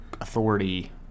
authority